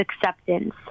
acceptance